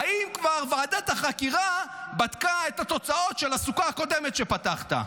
האם כבר ועדת החקירה בדקה את התוצאות של הסוכה הקודמת שפתחת?